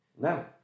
No